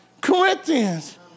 Corinthians